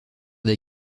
des